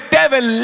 devil